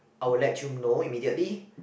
I will let you know immediately